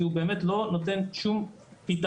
כי הוא באמת לא נותן שום פתרון.